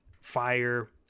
fire